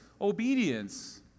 obedience